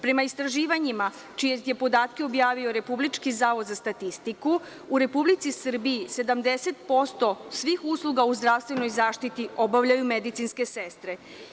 Prema istraživanjima čije je podatke objavio Republički zavod za statistiku, u Republici Srbiji 70% svih usluga u zdravstvenoj zaštiti obavljaju medicinske sestre.